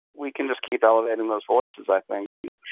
we can just keep elevating those voices, i think.